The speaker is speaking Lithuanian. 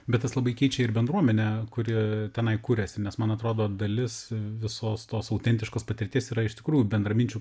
bet tas labai keičia ir bendruomenę kuri tenai kuriasi nes man atrodo dalis visos tos autentiškos patirties yra iš tikrųjų bendraminčių